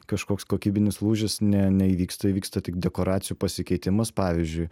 kažkoks kokybinis lūžis ne neįvyksta įvyksta tik dekoracijų pasikeitimas pavyzdžiui